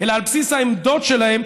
אלא על בסיס העמדות שלהן,